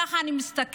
ככה אני מסתכלת.